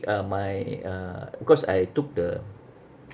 um my uh because I took the